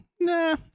nah